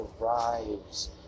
arrives